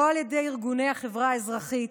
לא על ידי ארגוני החברה האזרחית,